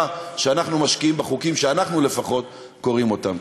שאנחנו משקיעים בחוקים שאנחנו לפחות קוראים אותם.